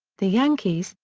the yankees,